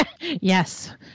Yes